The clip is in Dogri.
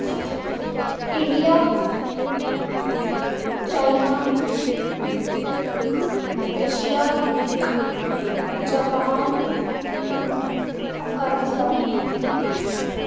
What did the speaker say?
India China Russia Japan Afghanistan